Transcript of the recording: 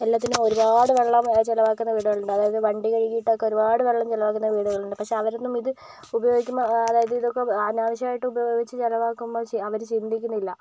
എല്ലാത്തിനും ഒരുപാട് വെള്ളം ചിലവാക്കുന്ന വീടുകൾ ഉണ്ട് അതായത് വണ്ടി കഴുകിയിട്ട് ഒരുപാട് വെള്ളം ചിലവാക്കുന്നുണ്ട് വീടുകൾ ഉണ്ട് പക്ഷേ അവര് ഇത് ഉപയോഗിക്കുന്ന അതായത് ഇത് ഒക്കെ അനാവശ്യം ആയിട്ട് ഉപയോഗിച്ച് ചിലവാക്കുമ്പോൾ അവര് ചിന്തിക്കുന്നില്ല